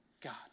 God